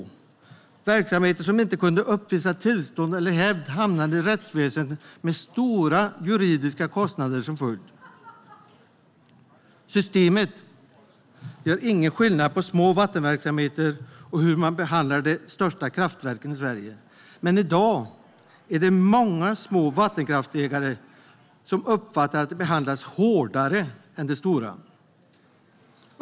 Vattenverksamheter som inte kunde uppvisa tillstånd eller hävd hamnade i rättsväsendet med stora juridiska kostnader som följd. Systemet gör ingen skillnad på små vattenverksamheter och hur man behandlar de största kraftverken i Sverige. Men i dag är det många små vattenkraftsägare som uppfattar att de behandlas hårdare än de stora.